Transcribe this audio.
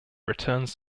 returns